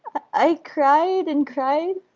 i cried and cried,